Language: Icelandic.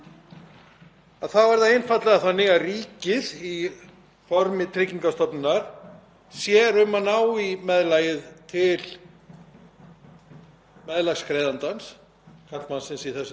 meðlagsgreiðandans, karlmannsins í þessu tilfelli, og sér um að koma því áfram til meðlagsþegans, í þessu dæmi konunnar.